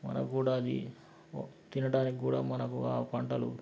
మనకూడా అది తినటానికి కూడా మనకు ఆ పంటలు